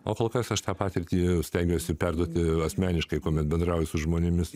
o kol kas aš tą patirtį stengiuosi perduoti asmeniškai kuomet bendrauju su žmonėmis